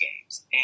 games